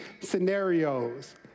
scenarios